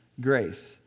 grace